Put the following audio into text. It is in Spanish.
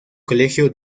colegio